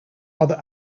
other